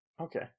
Okay